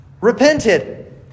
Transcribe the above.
repented